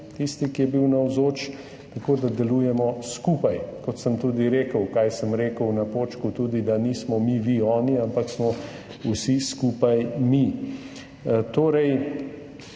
tisti, ki je bil navzoč, tako da delujemo skupaj. Kot sem tudi rekel, kaj sem rekel na Počku, da nismo mi, vi, oni, ampak smo vsi skupaj mi. Dal